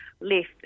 left